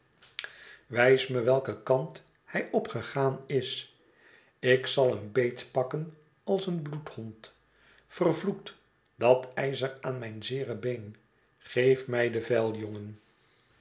wijs me welken kant hij opgegaan is ik zal hem beetpakken als een bloedhond vervloekt dat ijzer aanjnijn zeere been geef mij de vijl jongen